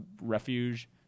refuge